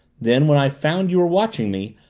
then, when i found you were watching me,